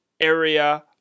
area